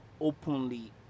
openly